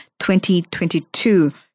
2022